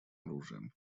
оружием